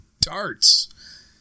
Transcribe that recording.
darts